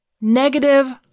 negative